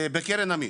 בקרן עמית.